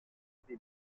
des